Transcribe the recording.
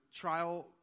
trial